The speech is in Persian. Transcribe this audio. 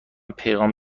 پیغام